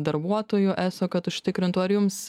darbuotojų eso kad užtikrintų ar jums